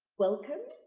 welcome!